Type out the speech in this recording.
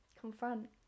confront